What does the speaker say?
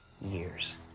years